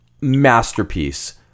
masterpiece